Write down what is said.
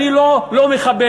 אני לא מכבד